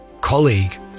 colleague